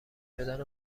شدن